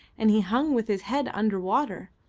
and he hung with his head under water.